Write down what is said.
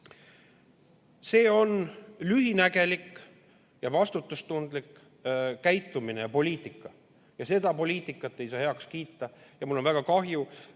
See on lühinägelik ja [ei ole] vastutustundlik käitumine ja poliitika. Seda poliitikat ei saa heaks kiita. Mul on väga kahju,